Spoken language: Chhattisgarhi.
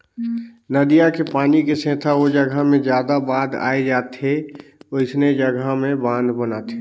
नदिया के पानी के सेथा ओ जघा मे जादा बाद आए जाथे वोइसने जघा में बांध बनाथे